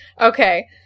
Okay